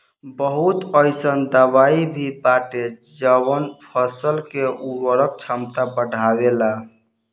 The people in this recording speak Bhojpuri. बहुत अईसन दवाई भी बाटे जवन फसल के उर्वरक क्षमता बढ़ावेला